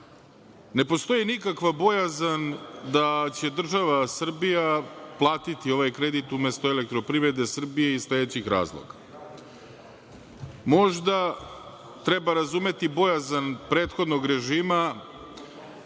postoji nikakva bojazan da će država Srbija platiti ovaj kredit umesto EPS iz sledećih razloga. Možda treba razumeti bojazan prethodnog režima,